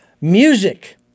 music